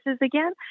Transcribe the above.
again